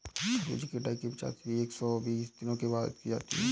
खरबूजे की कटाई पिचासी से एक सो बीस दिनों के बाद की जाती है